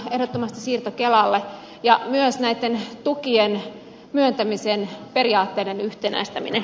ehdottomasti siirto kelalle ja myös näitten tukien myöntämisen periaatteiden yhtenäistäminen